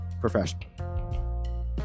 professional